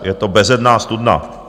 Je to bezedná studna.